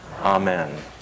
Amen